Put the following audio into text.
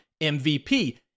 MVP